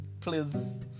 please